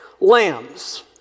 Lambs